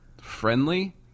friendly